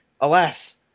alas